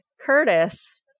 curtis